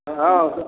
हँ